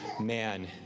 man